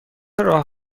راه